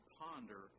ponder